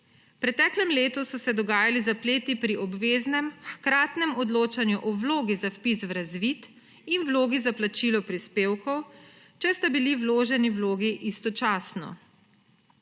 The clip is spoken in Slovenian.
preteklem letu so se dogajali zapleti pri obveznem, hkratnem odločanju o vlogi za vpis v razvid in vlogi za plačilo prispevkov, če sta bili vloženi vlogi istočasno.